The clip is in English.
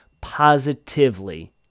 positively